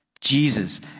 Jesus